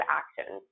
action